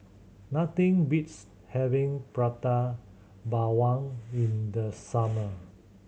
nothing beats having Prata Bawang in the summer